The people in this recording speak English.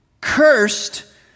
cursed